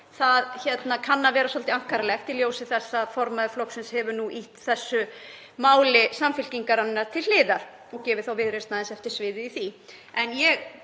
það kann að vera svolítið ankannalegt í ljósi þess að formaður flokksins hefur nú ýtt þessu máli Samfylkingarinnar til hliðar og gefið þá Viðreisn aðeins eftir sviðið í því.